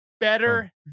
Better